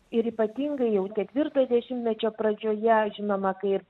ir ypatingai jau ketvirto dešimtmečio pradžioje žinoma kai ir